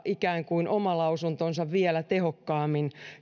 ikään kuin pitäisi todistaa oma lausuntonsa vielä tehokkaammin